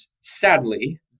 sadly